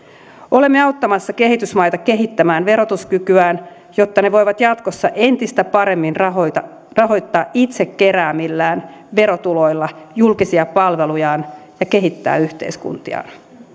olemme auttamassa kehitysmaita kehittämään verotuskykyään jotta ne voivat jatkossa entistä paremmin rahoittaa rahoittaa itse keräämillään verotuloilla julkisia palvelujaan ja kehittää yhteiskuntiaan